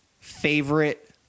favorite